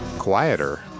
Quieter